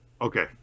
Okay